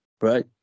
Right